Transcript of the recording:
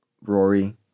Rory